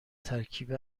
ترکیب